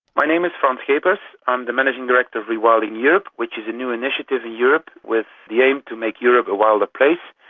my name is frans schepers, um the managing director of rewilding europe which is a new initiative in europe with the aim to make europe a wilder place,